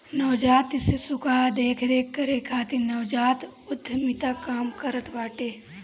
नवजात शिशु कअ देख रेख करे खातिर नवजात उद्यमिता काम करत बाटे